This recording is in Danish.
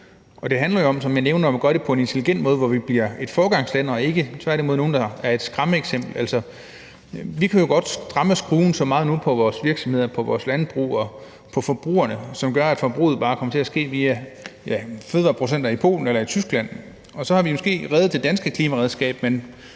jeg nævnte, at man må gøre det på en intelligent måde, sådan at vi bliver et foregangsland og ikke et skræmmebillede. Vi kan jo godt stramme skruen så meget nu på vores virksomheder, på vores landbrug og på forbrugerne, som gør, at produktionen af fødevarer bare kommer til at ske via fødevareproducenter i Polen eller i Tyskland, og så har vi måske reddet det danske klimaregnskab,